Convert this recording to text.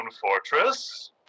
fortress